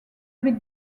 avec